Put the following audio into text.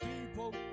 people